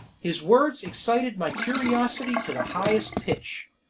his words excited my curiosity to the highest pitch.